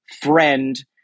friend